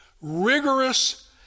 rigorous